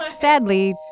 Sadly